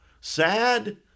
Sad